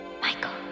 Michael